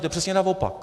Je to přesně naopak.